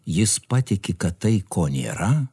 jis patiki kad tai ko nėra